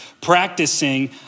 practicing